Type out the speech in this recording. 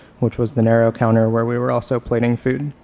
which was the narrow counter where we were also plating food.